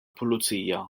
pulizija